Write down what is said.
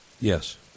Yes